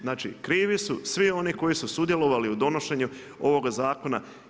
Znači krivi su svi oni koji su sudjelovali u donošenju ovoga zakona.